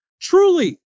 Truly